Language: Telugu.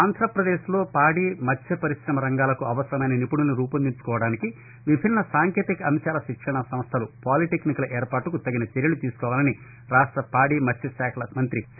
ఆంధ్రాపదేశ్లో పాడి మత్స్యపరి్రమ రంగాలకు అవసరమైన నిపుణులను రూపొందించుకోవడానికి విభిస్నసాంకేతిక అంశాల శిక్షణా సంస్థ పాలిటెక్నిక్ల ఏర్పాటుకు తగిన చర్యలు తీసుకోవాలని రాష్ట్ర పాడి మత్స్టశాఖల మంత్రి సి